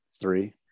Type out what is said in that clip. Three